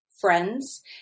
friends